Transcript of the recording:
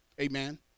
amen